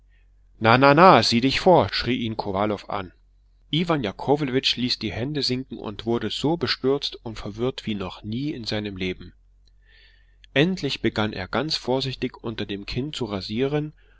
na na na sieh dich vor schrie ihn kowalow an iwan jakowlewitsch ließ die hände sinken und wurde so bestürzt und verwirrt wie noch nie in seinem leben endlich begann er ganz vorsichtig unter dem kinn zu rasieren